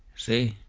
see?